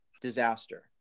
disaster